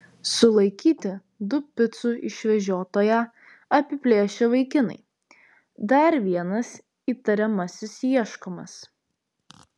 sulaikyti du picų išvežiotoją apiplėšę vaikinai dar vienas įtariamasis ieškomas